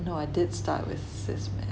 you know I did start with cis men